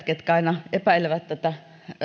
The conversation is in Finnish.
ketkä aina epäilevät